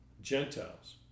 Gentiles